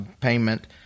payment